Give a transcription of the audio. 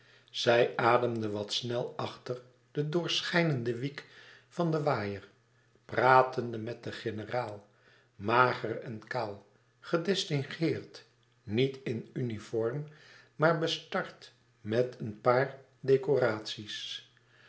zij ademde wat snel achter den doorschijnenden wiek van den waaier pratende met den generaal mager en kaal gedistingueerd niet in uniform maar bestard met een paar decoraties